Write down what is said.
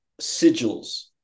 sigils